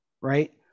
right